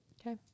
Okay